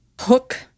Hook